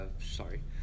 sorry